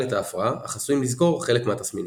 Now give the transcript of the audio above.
את ההפרעה אך עשויים לזכור חלק מהתסמינים.